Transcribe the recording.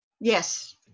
Yes